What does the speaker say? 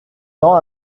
tend